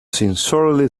sincerely